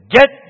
Get